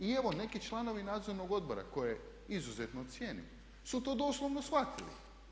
I evo neki članovi nadzornog odbora koje izuzetno cijenim su to doslovno shvatili.